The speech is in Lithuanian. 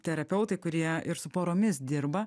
terapeutai kurie ir su poromis dirba